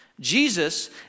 Jesus